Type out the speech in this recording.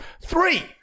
Three